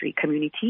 community